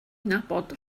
nabod